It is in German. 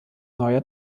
neuer